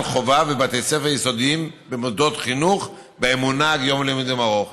חובה ובתי ספר יסודיים ובמוסדות חינוך שבהם מונהג יום לימודים ארוך,